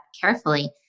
carefully